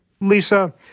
Lisa